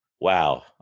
wow